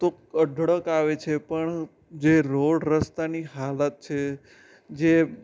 તો અઢળક આવે છે પણ જે રોડ રસ્તાની હાલત છે જે